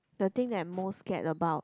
the thing that I most scared about